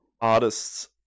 artists